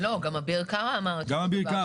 גם אביר קארה אמר את אותו דבר,